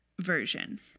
version